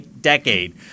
decade